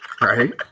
right